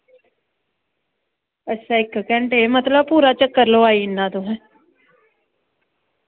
इक्क घैंटे ई मतलब पूरा चक्कर लोआई ओड़ना तुसें